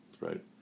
Right